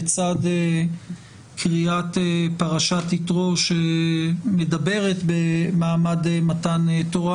בצד קריאת פרשת יתרו שמדברת במעמד מתן תורה,